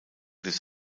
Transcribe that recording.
des